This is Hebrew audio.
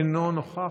אינו נוכח.